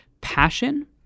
passion